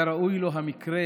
היה ראוי לו המקרה